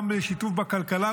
גם לשיתוף בכלכלה?